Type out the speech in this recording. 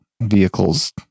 vehicles